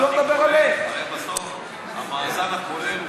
הרי בסוף המאזן הכולל חשוב.